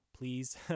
please